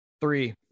Three